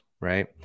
right